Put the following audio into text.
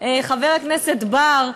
חבר הכנסת בר,